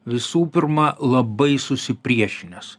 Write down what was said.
visų pirma labai susipriešinęs